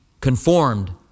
conformed